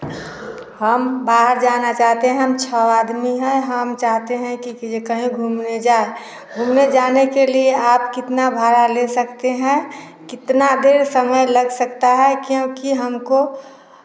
हम बाहर जाना चाहते हैं हम छ आदमी हैं हम चाहते हैं कि कहीं घूमने जाएँ घूमने जाने के लिए आप कितना भाड़ा ले सकते हैं कितना देर समय लग सकता है क्योंकि हमको